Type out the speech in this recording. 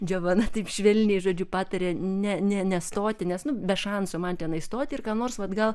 džovana taip švelniai žodžiu patarė ne ne nestoti nes nu be šansų man ten įstoti ir ką nors vat gal